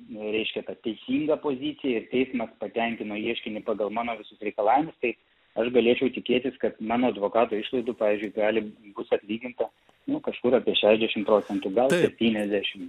reiškia tą teisingą poziciją ir teismas patenkino ieškinį pagal mano visus reikalavimus tai aš galėčiau tikėtis kad mano advokato išlaidų pavyzdžiui gali bus atlyginta nu kažkur apie šešdešim procentų gal septyniasdešim